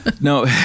No